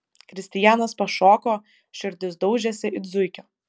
kristijanas pašoko širdis daužėsi it zuikio